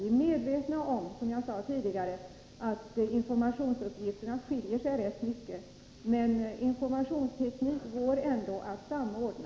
Som jag sade tidigare är vi medvetna om att informationsuppgifterna skiljer sig rätt mycket, men informationsteknik går ändå att samordna.